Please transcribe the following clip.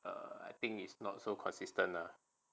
I think it's not so consistent lah